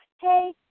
hey